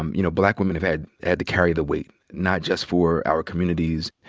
um you know, black women have had had to carry the weight not just for our communities.